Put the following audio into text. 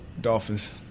Dolphins